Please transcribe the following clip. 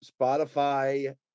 Spotify